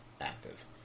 active